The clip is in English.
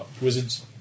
Wizards